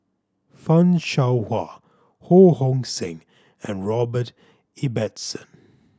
Fan Shao Hua Ho Hong Sing and Robert Ibbetson